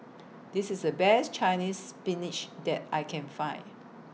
This IS The Best Chinese Spinach that I Can Find